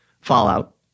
fallout